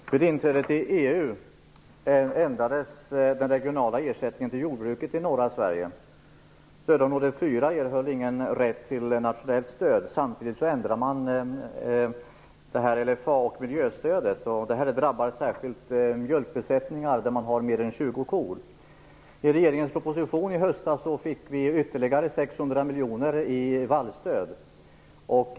Fru talman! Jag har en fråga till jordbruksministern. Vid inträdet i EU ändrades den regionala ersättningen till jordbruket i norra Sverige. Stödområde 4 erhöll ingen rätt till nationellt stöd. Samtidigt ändrades miljöstödet. Det drabbar särskilt mjölkbesättningar med fler än 20 kor. Enligt regeringens proposition i höstas fick vi ytterligare 600 miljoner i vallstöd.